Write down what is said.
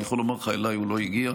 אני יכול לומר לך שאליי הוא לא הגיע,